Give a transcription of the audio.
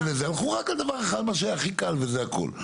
הלכו רק על דבר אחד, מה שהכי קל, וזה הכול.